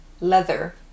leather